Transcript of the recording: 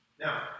Now